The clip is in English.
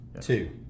Two